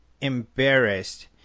embarrassed